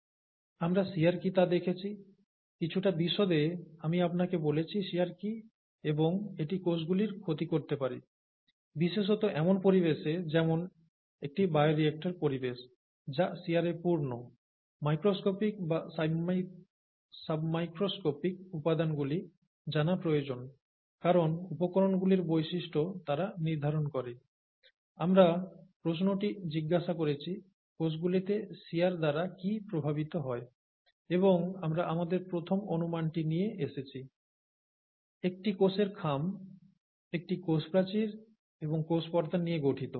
আমরা শিয়ার কি তা দেখেছি কিছুটা বিশদে আমি আপনাকে বলেছি শিয়ার কী এবং এটি কোষগুলির ক্ষতি করতে পারে বিশেষত এমন পরিবেশে যেমন একটি বায়োরিয়েক্টর পরিবেশ যা শিয়ারে পূর্ণ মাইক্রোস্কোপিক বা সাব মাইক্রোস্কোপিক উপাদানগুলি জানা প্রয়োজন কারণ উপকরণগুলির বৈশিষ্ট্য তারা নির্ধারণ করে আমরা প্রশ্নটি জিজ্ঞাসা করেছি কোষগুলিতে শিয়ার দ্বারা কী প্রভাবিত হয় এবং আমরা আমাদের প্রথম অনুমানটি নিয়ে এসেছি একটি কোষের খাম একটি কোষ প্রাচীর এবং কোষ পর্দা নিয়ে গঠিত